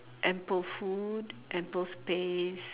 ample food ample space